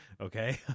Okay